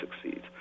succeeds